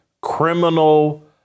criminal